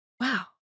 wow